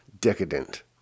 decadent